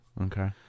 Okay